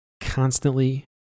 constantly